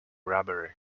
robbery